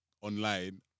online